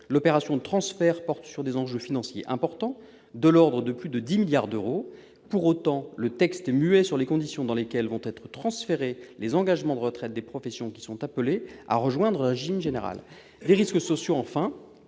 l'opération de transfert porte sur des enjeux financiers importants, de plus de 10 milliards d'euros. Pour autant, le texte est muet sur les conditions dans lesquelles vont être transférés les engagements de retraite des professions qui sont appelées à rejoindre le régime général. Enfin,